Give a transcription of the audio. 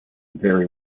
vary